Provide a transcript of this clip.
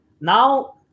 now